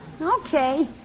Okay